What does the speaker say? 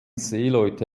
seeleute